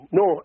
no